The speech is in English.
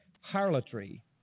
harlotry